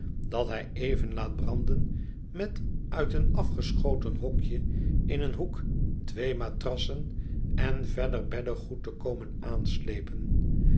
dat hij even laat branden met uit een afgeschoten hokje in een hoek twee matrassen en verder beddegoed te komen aanslepen